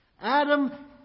Adam